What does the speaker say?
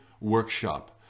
workshop